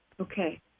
Okay